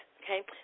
okay